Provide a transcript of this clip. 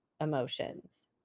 emotions